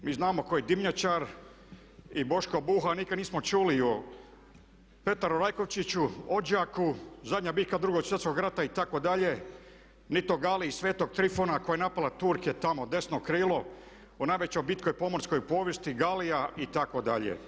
Mi znamo koji dimnjačar i Boško Buha, nikad nismo čuli i o Petar Rajkovčiću, Odžaku, zadnja bitka Drugog svjetskog rata itd., Nito Gali i svetog Trifona koja je napala Turke tamo desno krilo, o najvećoj bitki u pomorskoj povijesti, galija itd.